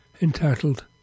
Entitled